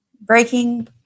breaking